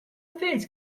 fez